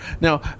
Now